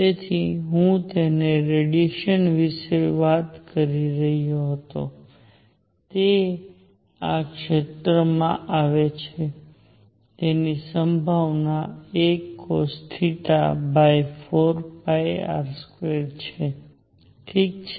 તેથી હું તે રેડીએશન વિશે વાત કરી રહ્યો હતો તે આ ક્ષેત્રમાં આવે છે તેની સંભાવના acosθ4πr2 ઠીક છે